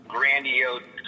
grandiose